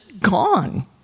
gone